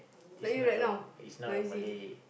like you right now noisy